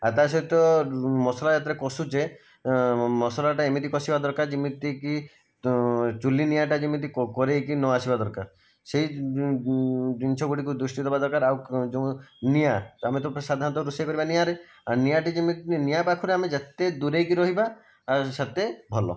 ଆଉ ତାସହିତ ମସଲା ଯେତେବେଳେ କଷୁଛେ ମସଲାଟା ଏମିତି କଷିବା ଦରକାର ଯେମିତି କି ଚୁଲି ନିଆଁଟା ଯେମିତି କ କରାଇକି ନ ଆସିବା ଦରକାର ସେହି ଜିନିଷ ଗୁଡ଼ିକୁ ଦୃଷ୍ଟି ଦେବା ଦରକାର ଆଉ ଯେଉଁ ନିଆଁ ଆମେ ତ ସାଧାରଣତଃ ରୋଷେଇ କରିବା ନିଆଁରେ ଆଉ ନିଆଁଟି ନିଆଁ ପାଖରେ ଆମେ ଯେତେ ଦୂରାଇକି ରହିବା ଆଉ ସେତେ ଭଲ